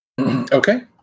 Okay